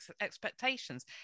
expectations